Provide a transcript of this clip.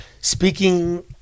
speaking